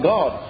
God